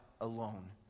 alone